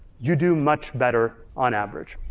you do much better on average,